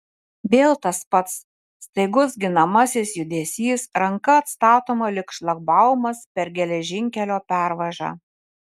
vėl tas pats staigus ginamasis judesys ranka atstatoma lyg šlagbaumas per geležinkelio pervažą